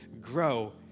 grow